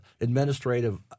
administrative